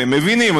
מבינים,